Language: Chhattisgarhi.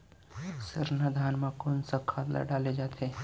सरना धान म कोन सा खाद ला डाले जाथे?